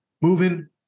moving